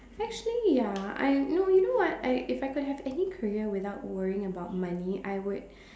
actually ya I no you know what I if I could have any career without worrying about money I would